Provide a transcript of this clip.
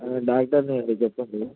doctor అండి చెప్పండి